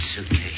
suitcase